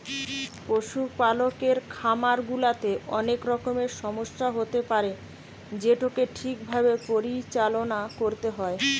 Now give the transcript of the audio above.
পশুপালকের খামার গুলাতে অনেক রকমের সমস্যা হতে পারে যেটোকে ঠিক ভাবে পরিচালনা করতে হয়